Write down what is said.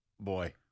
boy